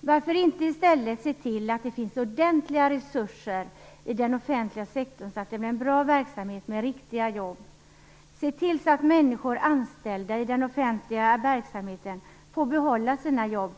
Varför inte i stället se till att det finns ordentliga resurser i den offentliga sektorn, så att det blir en bra verksamhet med riktiga jobb? Varför inte se till att människor som är anställda i den offentliga verksamheten får behålla sina jobb?